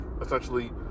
essentially